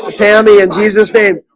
tammy and jesus name